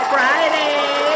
Friday